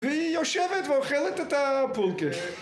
והיא יושבת ואוכלת את הפולקע